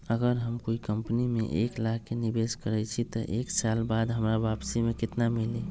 अगर हम कोई कंपनी में एक लाख के निवेस करईछी त एक साल बाद हमरा वापसी में केतना मिली?